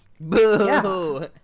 Boo